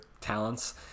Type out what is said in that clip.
talents